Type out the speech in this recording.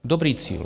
Dobrý cíl.